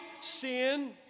sin